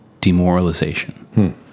demoralization